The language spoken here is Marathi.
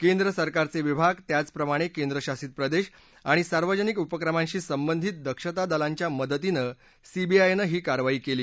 केंद्र सरकारचे विभाग त्याचप्रमाणे केंद्रशासित प्रदेश आणि सार्वजनिक उपक्रमांशी संबंधित दक्षता दलांच्या मदतीनं सीबीआयनं ही कारवाई केली